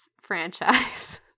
franchise